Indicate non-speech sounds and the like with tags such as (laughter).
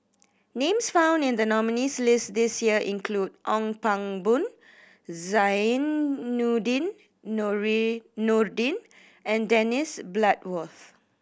names found in the nominees' list this year include Ong Pang Boon Zainudin (unintelligible) Nordin and Dennis Bloodworth